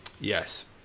yes